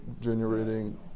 generating